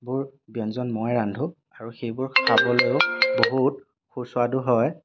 বোৰ ব্য়ঞ্জন মই ৰান্ধোঁ আৰু সেইবোৰ খাবলৈও বহুত সুস্বাদু হয়